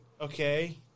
okay